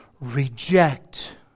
reject